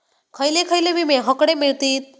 खयले खयले विमे हकडे मिळतीत?